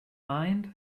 mind